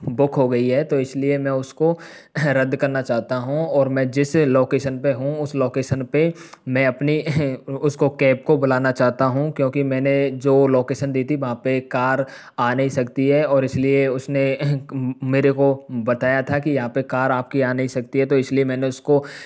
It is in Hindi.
बुक हो गई है तो इस लिए मैं उस को रद्द करना चाहता हूँ और मैं जिस लोकेसन पे हूँ उस लोकेसन पे मैं अपनी उस को कैब को बुलाना चाहता हूँ क्योंकि मैं ने जो लोकेसन दी थी वहाँ पे कार आ नहीं सकती है और इस लिए उस ने मेरे को बताया था कि यहाँ पे कार आप की आ नहीं सकती है तो इस लिए मैंने उस को